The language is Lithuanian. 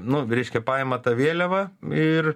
nu reiškia paima tą vėliavą ir